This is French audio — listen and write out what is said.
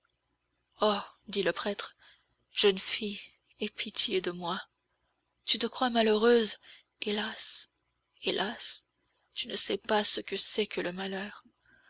oh dit le prêtre jeune fille aie pitié de moi tu te crois malheureuse hélas hélas tu ne sais pas ce que c'est que le malheur